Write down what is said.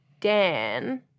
dan